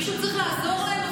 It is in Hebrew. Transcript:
מישהו צריך לעזור להם,